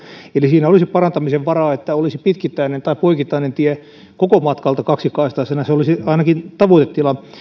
eli siinä olisi parantamisen varaa että olisi poikittainen tie koko matkalta kaksikaistaisena se olisi ainakin tavoitetila